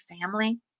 family